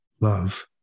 love